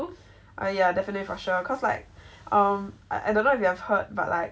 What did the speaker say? ah yeah definitely for sure cause like um I don't know if you have heard but like